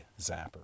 zapper